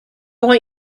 want